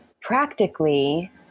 practically